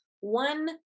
One